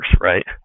right